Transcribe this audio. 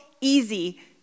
easy